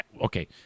okay